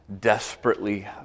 desperately